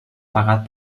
pagat